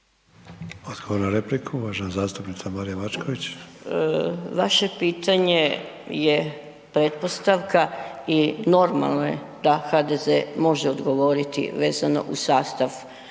Odgovor na repliku uvažena zastupnica Marija Mačković. **Mačković, Marija (HDZ)** Vaše pitanje je pretpostavka i normalno je da HDZ može odgovorit vezano uz sastav